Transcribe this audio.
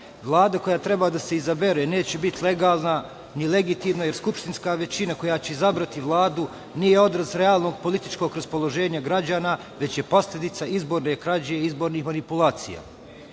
Vlada koja treba da se izabere neće biti legalna ni legitimna, jer skupštinska većina koja će izabrati Vladu nije odraz realnog političkog raspoloženja građana, već je posledica izborne krađe i izbornih manipulacija. Na